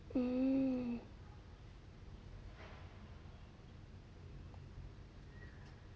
hmm